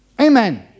Amen